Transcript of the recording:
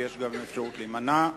ויש גם אפשרות להימנע.